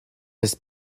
his